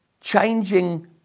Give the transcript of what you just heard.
changing